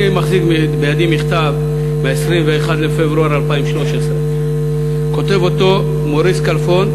אני מחזיק בידי מכתב מה-21 בפברואר 2013. כותב אותו מוריס כלפון,